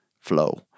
flow